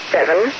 Seven